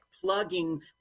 plugging